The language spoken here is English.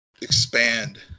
expand